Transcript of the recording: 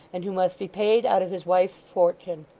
and who must be paid out of his wife's fortune.